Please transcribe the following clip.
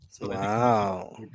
Wow